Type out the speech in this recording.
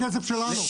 זה משחק בכסף שלנו.